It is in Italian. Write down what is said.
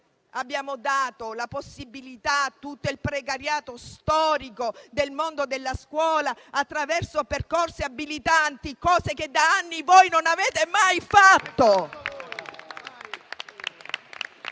Abbiamo dato possibilità a tutto il precariato storico del mondo della scuola, attraverso percorsi abilitanti, cose che per anni voi non avete mai fatto.